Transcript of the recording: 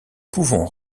pouvons